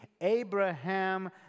Abraham